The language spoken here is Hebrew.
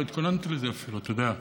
לא התכוננתי לזה אפילו, אתה יודע.